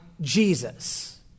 Jesus